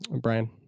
Brian